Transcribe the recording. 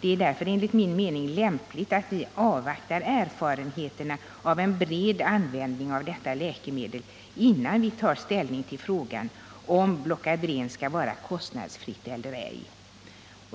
Det är därför, enligt min mening, lämpligt att vi avvaktar erfarenheterna av en bred användning av detta läkemedel innan vi tar ställning till frågan om Blocadren skall vara kostnadsfritt eller ej.